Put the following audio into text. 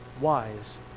wise